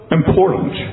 important